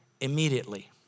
immediately